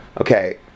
okay